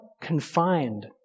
confined